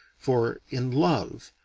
for, in love,